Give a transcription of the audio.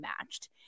matched